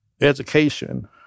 education